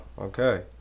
okay